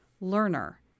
learner